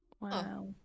Wow